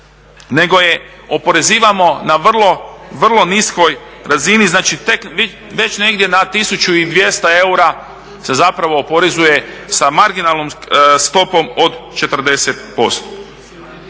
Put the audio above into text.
nego je oporezivamo na vrlo niskoj razini, znači već negdje na 1200 eura se zapravo oporezuje sa marginalnom stopom od 40%.